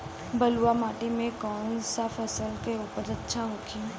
बलुआ मिट्टी में कौन सा फसल के उपज अच्छा होखी?